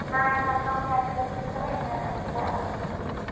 नहि हमरा कम्मे के लैके छलै ने उएह लऽ कऽ कहलियै